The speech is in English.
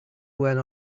went